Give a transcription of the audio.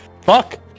fuck